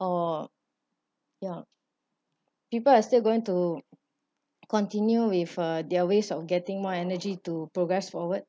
or ya people are still going to continue with uh their ways of getting more energy to progress forward